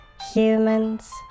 humans